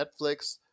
Netflix